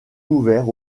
ouverts